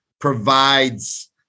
provides